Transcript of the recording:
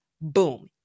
Boom